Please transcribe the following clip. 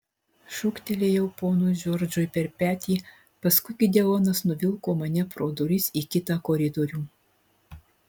šūktelėjau ponui džordžui per petį paskui gideonas nuvilko mane pro duris į kitą koridorių